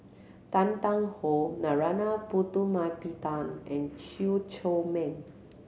Tan Tarn How Narana Putumaippittan and Chew Chor Meng